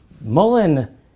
Mullen